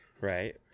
Right